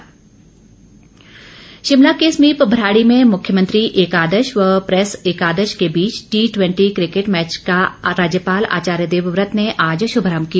cricket राज्यपाल शिमला के समीप भराड़ी में मुख्यमंत्री एकादश व प्रैस एकादश के बीच टी ट्वैंटी क्रिकेट मैच का राज्यपाल आचार्य देवव्रत ने आज शभारम्भ किया